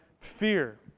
fear